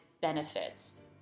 benefits